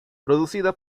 producida